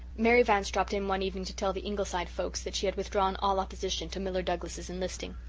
mary vance dropped in one evening to tell the ingleside folks that she had withdrawn all opposition to miller douglas's enlisting.